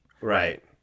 Right